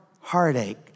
heartache